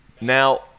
Now